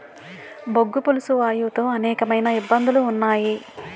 బొగ్గు పులుసు వాయువు తో అనేకమైన ఇబ్బందులు ఉన్నాయి